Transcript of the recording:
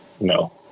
No